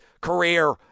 career